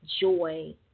joy